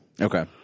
Okay